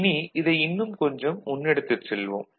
இனி இதை இன்னும் கொஞ்சம் முன்னெடுத்துச் செல்வோம்